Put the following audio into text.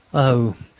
oh!